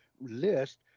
list